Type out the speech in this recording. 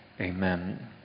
Amen